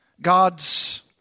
God's